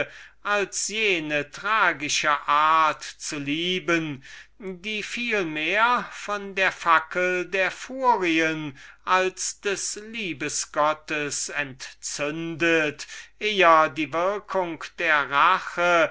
als jene tragische art zu lieben welche ihnen vielmehr von der fackel der furien als des liebesgottes entzündet eher die würkung der rache